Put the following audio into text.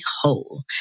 Whole